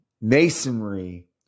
masonry